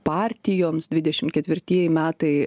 partijoms dvidešimt ketvirtieji metai